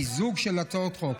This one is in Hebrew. מיזוג של הצעות חוק.